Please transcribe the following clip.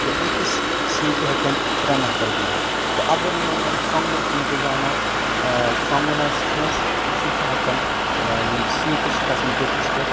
تہٕ أکِس سیٖٹہِ ہٮ۪کن ترٛے نفر بِہتھ تہٕ اَگر یِمن ووٚنۍ شۄنٛگنُک اِنتظام آسہِ شۄنٛگُن آسہِ کٲنٛسہِ سُہ چھُ ہٮ۪کان یِم سیٖٹہٕ چھِ کھسان پیوٚٹُھس پٮ۪ٹھ